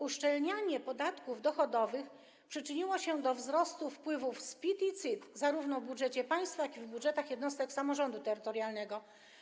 Uszczelnianie poboru podatków dochodowych przyczyniło się do wzrostu wpływów z PIT i CIT, zarówno w budżecie państwa jak i w budżetach jednostek samorządu terytorialnego.